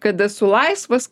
kad esu laisvas